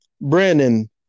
Brandon